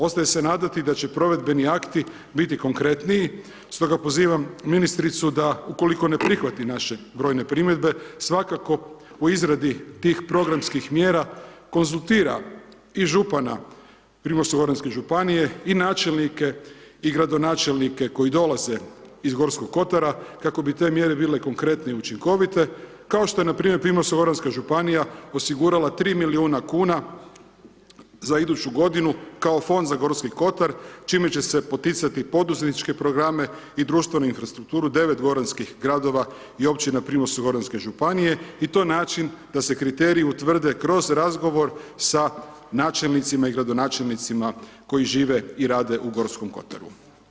Ostaje se nadati da će provedbeni akti biti konkretniji, stoga pozivam ministricu da ukoliko ne prihvati naše brojne primjedbe, svakako u izradi tih programskih mjera konzultira i župana Primorsko goranske županije i načelnike i gradonačelnike koji dolaze iz Gorskog kotara, kako bi te mjere bile konkretnije i učinkovite, kao što je npr. Primorsko goranska županija osigurala 3 milijuna kuna za iduću godinu kao Fond za Gorski kotar, čime će se poticati poduzetničke programe i društvenu infrastrukturu 9 goranskih gradova i općina Primorsko goranske županije i to je način da se kriteriji utvrde kroz razgovor sa načelnicima i gradonačelnicima koji žive i rade u Gorskom kotaru.